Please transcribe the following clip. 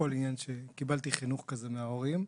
הכל עניין שקיבלתי חינוך כזה מההורים.